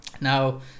now